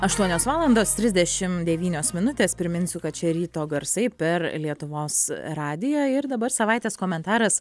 aštuonios valandos trisdešimt devynios minutės priminsiu kad čia ryto garsai per lietuvos radiją ir dabar savaitės komentaras